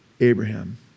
Abraham